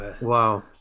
Wow